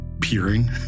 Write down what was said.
Peering